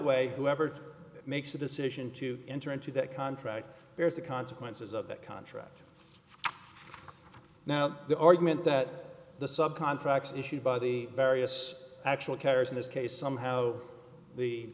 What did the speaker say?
way whoever makes the decision to enter into that contract there's the consequences of that contract now the argument that the sub contracts issued by the various actual carriers in this case somehow